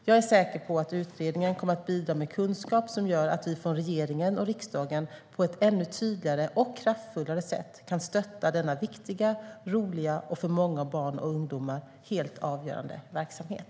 Jag är säker på att utredningen kommer att bidra med kunskap som gör att vi från regeringen och riksdagen på ett ännu tydligare och kraftfullare sätt kan stötta denna viktiga, roliga och för många barn och ungdomar helt avgörande verksamhet.